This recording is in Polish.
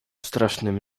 strasznym